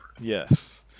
yes